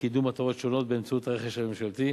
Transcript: לקידום מטרות שונות באמצעות הרכש הממשלתי,